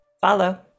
follow